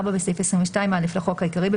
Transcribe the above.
בסעיף 22א לחוק העיקרי,